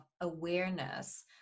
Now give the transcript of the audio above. awareness